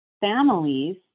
families